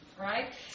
right